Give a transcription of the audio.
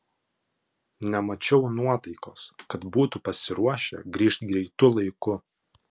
nemačiau nuotaikos kad būtų pasiruošę grįžt greitu laiku